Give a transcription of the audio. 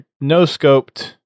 no-scoped